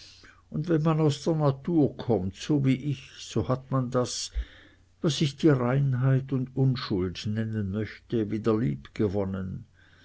und wenn man aus der natur kommt so wie ich so hat man das was ich die reinheit und unschuld nennen möchte wieder